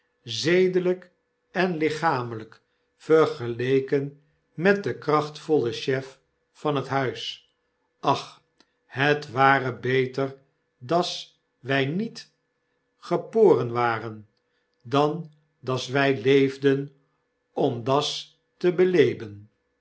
zedelyk en lichamelyk vergeleken met den krachtvollen chef van het huis ach l het ware beter das wy niet geporen waren dan das wy leefden om das te belebenr